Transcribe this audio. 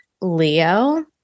Leo